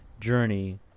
journey